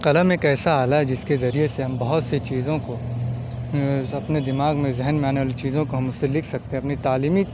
قلم ایک ایسا آلہ ہے جس کے ذریعے سے ہم بہت سے چیزوں کو اپنے دماغ میں ذہن میں آنے والی چیزوں کو ہم اس سے لکھ سکتے ہیں اپنی تعلیمی